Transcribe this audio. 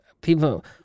People